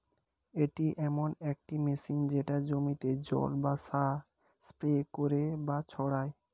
এটি এমন একটি মেশিন যেটা জমিতে জল বা সার স্প্রে করে বা ছড়ায়